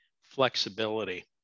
flexibility